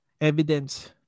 evidence